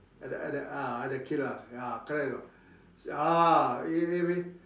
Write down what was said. at the at the ah at the kid ah ya correct or not ah you get what I mean